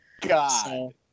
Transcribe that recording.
God